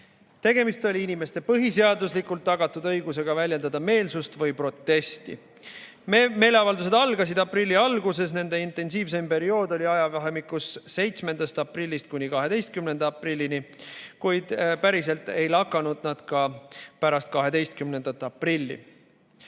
Tegemist oli inimeste põhiseaduslikult tagatud õigusega väljendada meelsust või protesti. Meeleavaldused algasid aprilli alguses, nende intensiivsem periood oli ajavahemikus 7. aprillist kuni 12. aprillini, kuid päriselt ei lakanud nad ka pärast 12. aprilli.